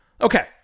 Okay